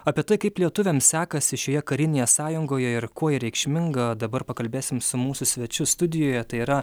apie tai kaip lietuviams sekasi šioje karinėje sąjungoje ir kuo ji reikšminga dabar pakalbėsim su mūsų svečiu studijoje tai yra